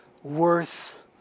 worth